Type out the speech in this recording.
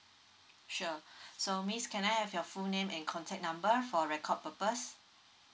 sure so miss can I have your full name and contact number for record purpose